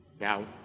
Now